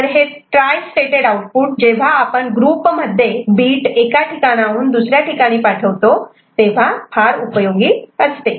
तर हे tristated output जेव्हा आपण ग्रुप मध्ये बीट एका ठिकाणाहून दुसऱ्या ठिकाणी पाठवतो तेव्हा फार उपयोगी असते